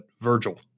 Virgil